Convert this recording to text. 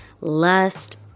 lust